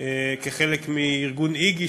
כחלק מארגון "איגי",